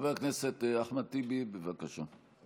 חבר הכנסת אחמד טיבי, בבקשה.